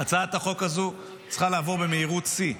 הצעת החוק הזו צריכה לעבור במהירות שיא,